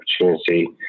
opportunity